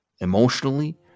emotionally